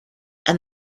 and